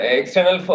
external